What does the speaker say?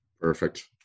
perfect